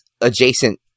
adjacent